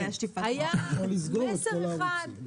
היה מסר אחד,